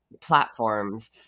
platforms